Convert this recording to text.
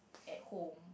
at home